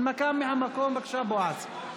הנמקה מהמקום, בבקשה, בועז.